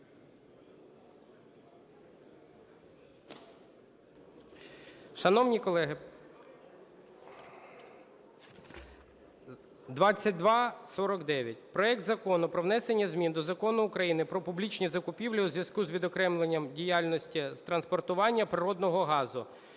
Шановні колеги, 2249: проект Закону про внесення змін до Закону України "Про публічні закупівлі" у зв'язку з відокремленням діяльності з транспортування природного газу.